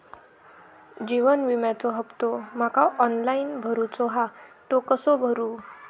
जीवन विम्याचो हफ्तो माका ऑनलाइन भरूचो हा तो कसो भरू?